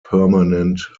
permanent